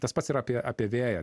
tas pats yra apie apie vėją